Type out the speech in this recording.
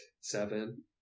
Seven